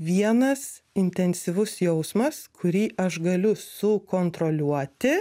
vienas intensyvus jausmas kurį aš galiu sukontroliuoti